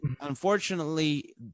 unfortunately